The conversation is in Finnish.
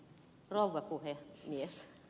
rouva puhemies